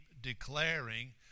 declaring